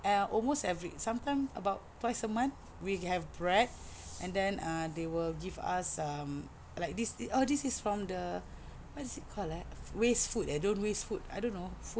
ah almost every sometimes about twice a month we have bread and then they will give us um like this this is from the what is it called eh waste food eh don't waste food I don't know food